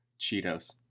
Cheetos